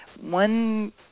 One